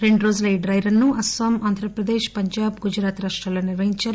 రెండు రోజుల ఈ డై రన్ అస్పాం ఆంధ్రప్రదేశ్ పంజాబ్ గుజరాత్ రాష్రాల్లో నిర్వహించారు